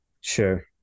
Sure